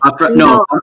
No